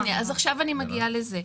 אנחנו עוד נדבר על זה.